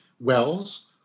Wells